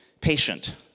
patient